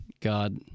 God